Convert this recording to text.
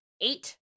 Eight